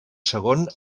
segon